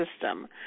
system